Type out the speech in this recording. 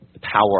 power